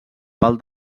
pal